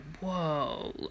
whoa